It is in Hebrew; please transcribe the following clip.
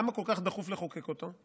למה כל כך דחוף לחוקק אותו?